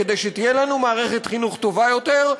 כדי שתהיה לנו מערכת חינוך טובה יותר,